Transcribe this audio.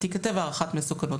תיכתב הערכת מסוכנות.